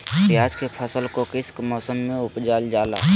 प्याज के फसल को किस मौसम में उपजल जाला?